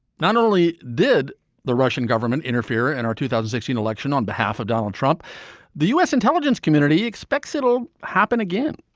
not only did the russian government interfere in our two thousand and sixteen election on behalf of donald trump the u s. intelligence community expects it'll happen again.